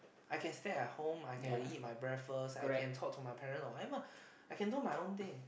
I can stay at home I can eat my breakfast I can talk to my parents or whatever I can do my own thing